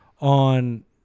on